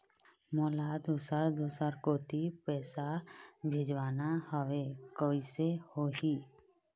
मोला दुसर दूसर कोती पैसा भेजवाना हवे, कइसे होही?